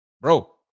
Bro